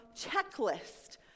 checklist